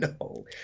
No